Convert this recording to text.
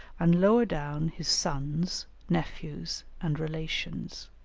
and lower down his sons, nephews, and relations